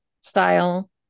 style